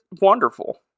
wonderful